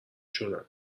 شدن